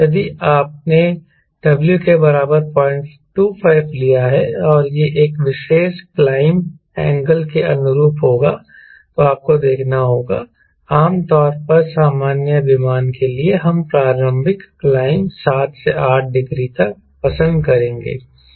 यदि आपने W के बराबर 025 लिया है और यह एक विशेष क्लाइंब एंगल के अनुरूप होगा तो आपको देखना होगा आम तौर पर सामान्य विमान के लिए हम प्रारंभिक क्लाइंब 7 से 8 डिग्री तक पसंद करेंगे